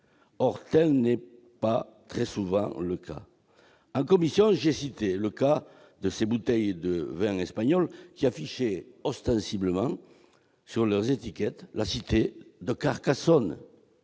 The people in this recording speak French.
Or tel n'est pas très souvent le cas. En commission, j'ai cité le cas de ces bouteilles de vin espagnol qui affichaient ostensiblement sur leurs étiquettes la cité de Carcassonne.